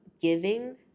giving